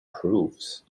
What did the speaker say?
proofs